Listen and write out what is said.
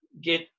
get